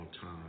time